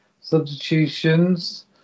substitutions